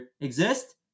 exist